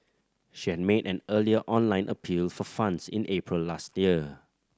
she had made an earlier online appeal for funds in April last year